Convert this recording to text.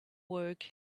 work